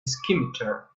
scimitar